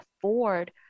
afford